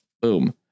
Boom